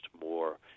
more